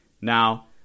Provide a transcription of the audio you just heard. Now